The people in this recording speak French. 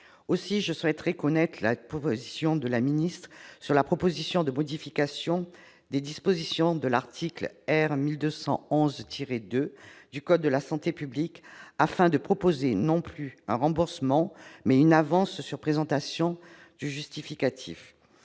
Aussi, je souhaiterais connaître votre position, madame la ministre, sur la proposition de modification des dispositions de l'article R. 1211-2 du code de la santé publique afin de proposer, non plus un remboursement, mais une avance sur présentation de justificatifs.